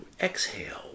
exhale